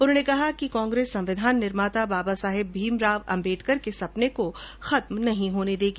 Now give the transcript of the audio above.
उन्होंने कहा कि कांग्रेस संविधान निर्माता बाबा साहेब भीमराव अम्बेडकर के सपने को खत्म नहीं होने देगी